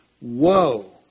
Woe